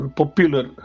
popular